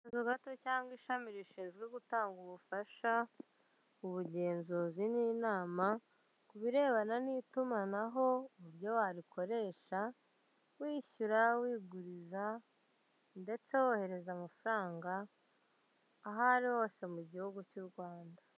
Akazu gato cyangwa ishami rishinzwe gutanga ubufasha, ubugenzuzi n'inama ku birebana n'itumanaho uburyo warikoresha wishyura, wiguriza ndetse wohereza amafaranga aho ari hose mu gihugu cy'u Rwanda.